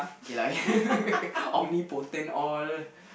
okay lah only all